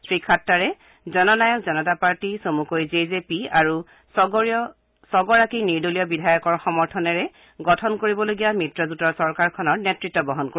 শ্ৰীখাট্টাৰে Jannayak Janta party চমুকৈ J J P আৰু ছগৰাকী নিৰ্দলীয় বিধায়কৰ সমৰ্থনেৰে গঠন কৰিবলগীয়া মিত্ৰজোঁটৰ চৰকাৰখনৰ নেতৃত্ব বহন কৰিব